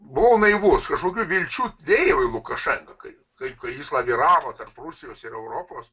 buvau naivus kažkokių vilčių dėjau į lukašenką kai jis laviravo tarp rusijos ir europos